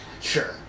Sure